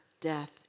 death